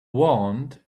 warned